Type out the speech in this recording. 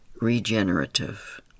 regenerative